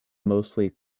mostly